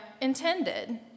intended